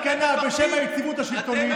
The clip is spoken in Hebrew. נשארת על כנה בשם היציבות השלטונית,